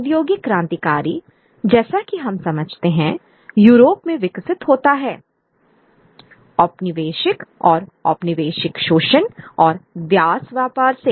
औद्योगिक क्रांतिकारी जैसा कि हम समझते हैं यूरोप में विकसित होता है औपनिवेशिक और औपनिवेशिक शोषण और दास व्यापार से